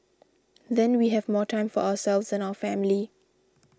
then we have more time for ourselves and our family